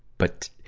but,